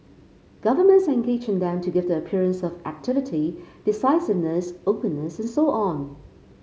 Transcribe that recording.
governments engage in them to give the appearance of activity decisiveness openness and so on